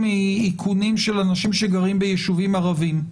מאיכונים של אנשים שגרים ביישובים ערביים?